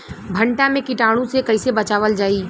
भनटा मे कीटाणु से कईसे बचावल जाई?